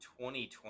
2020